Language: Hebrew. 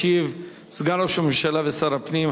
ישיב סגן ראש הממשלה ושר הפנים,